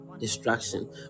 Distraction